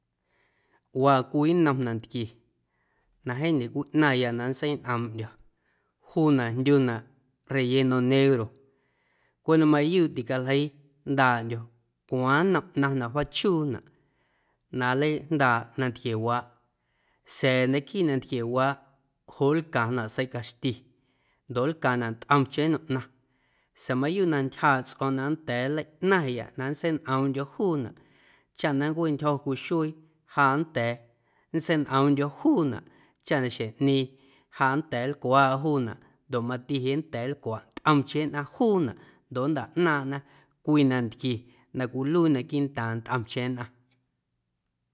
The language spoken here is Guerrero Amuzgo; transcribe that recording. Waa cwii nnom nantquie na jeeⁿ ñecwiꞌnaⁿya na nntseiñꞌoomꞌndyo̱ juunaꞌ jndyunaꞌ relleno negro cweꞌ na mayuuꞌ ticaljeii jndaaꞌndyo̱ cuaaⁿ nnom ꞌnaⁿ na wjaachuunaꞌ na nleijndaaꞌ nantquiewaaꞌ sa̱a̱ aquiiꞌ nantquiewaaꞌ joꞌ nlcaⁿnaꞌ seiꞌ caxti ndoꞌ nlcaⁿnaꞌ ntꞌomcheⁿ nnom ꞌnaⁿ sa̱a̱ mayuuꞌ na ntyjaaꞌ tsꞌo̱o̱ⁿ na nnda̱a̱ nleiꞌnaⁿya na nntseiñꞌoomꞌndyo̱ juunaꞌ chaꞌ na nncweꞌntyjo̱ cwii xuee ja nnda̱a̱ nnseiñꞌoomꞌndyo̱ juunaꞌ chaꞌ na xjeⁿꞌñeeⁿ ja nnda̱a̱ nlcuaaꞌa juunaꞌ ndoꞌ mati jeꞌ nnda̱a̱ nlcwaꞌ ntꞌomcheⁿ nnꞌaⁿ juunaꞌ ndoꞌ nntaꞌnaaⁿꞌna cwii nantquie na cwiluii naquiiꞌntaaⁿ ntꞌomcheⁿ nnꞌaⁿ.